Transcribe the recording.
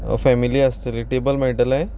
family आसतली table मेळटलें